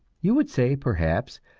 you would say, perhaps,